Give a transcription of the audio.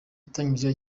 yatangiye